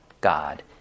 God